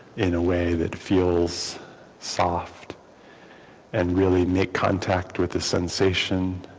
in a way that feels soft and really make contact with the sensation